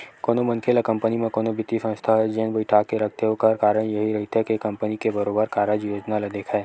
कोनो मनखे ल कंपनी म कोनो बित्तीय संस्था ह जेन बइठाके रखथे ओखर कारन यहीं रहिथे के कंपनी के बरोबर कारज योजना ल देखय